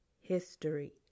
history